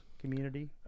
community